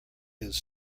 his